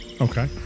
Okay